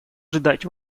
ждать